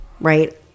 right